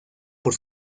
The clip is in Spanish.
por